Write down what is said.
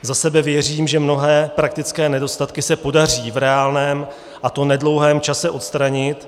Za sebe věřím, že mnohé praktické nedostatky se podaří v reálném, a to nedlouhém čase odstranit.